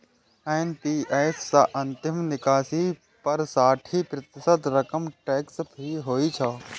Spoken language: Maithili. एन.पी.एस सं अंतिम निकासी पर साठि प्रतिशत रकम टैक्स फ्री होइ छै